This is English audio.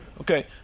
Okay